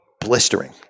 blistering